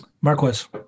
Marquez